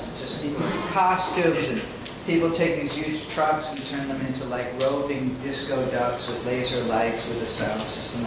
just people in costumes and people taking huge trucks and turn them into like roving disco ducks with laser lights, with the sound